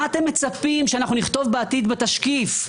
מה אתם מצפים שנכתוב בעתיד בתשקיף,